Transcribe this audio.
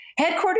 Headquartered